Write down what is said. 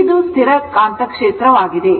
ಇದು ಸ್ಥಿರ ಕಾಂತಕ್ಷೇತ್ರವಾಗಿದೆ